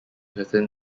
within